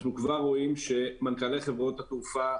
אנחנו כבר רואים שמנכ"לי חברות התעופה,